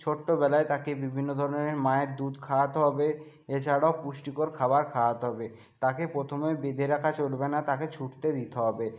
ছোট্টবেলায় তাকে বিভিন্ন ধরণের মায়ের দুধ খাওয়াতে হবে এছাড়াও পুষ্টিকর খাবার খাওয়াতে হবে তাকে প্রথমে বেঁধে রাখা চলবে না তাকে ছুটতে দিতে হবে